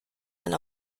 and